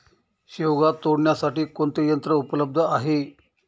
शेवगा तोडण्यासाठी कोणते यंत्र उपलब्ध आहे?